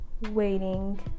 waiting